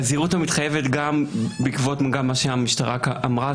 בזהירות המתחייבת גם בעקבות מה שהמשטרה אמרה,